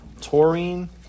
Taurine